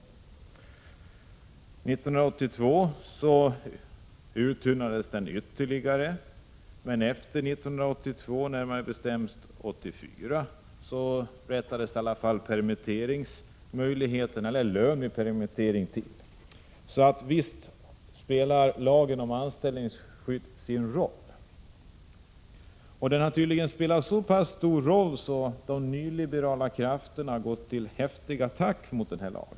År 1982 uttunnades den ytterligare. År 1984 rättades Lagen om anställningsskydd spelar alltså ändå en roll. Den har tydligen rent av spelat en så stor roll att de nyliberala krafterna gått till häftig attack mot denna lag.